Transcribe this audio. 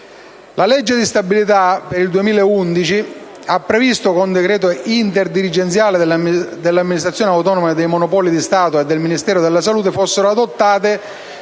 all'art. 1, comma 70, ha previsto che con decreto interdirigenziale dell'Amministrazione autonoma dei monopoli di Stato e del Ministero della salute fossero adottate,